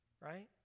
Right